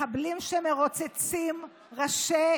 מחבלים שמרוצצים ראשי